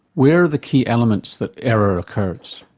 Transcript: where are the key elements that error occurs?